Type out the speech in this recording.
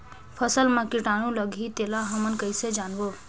फसल मा कीटाणु लगही तेला हमन कइसे जानबो?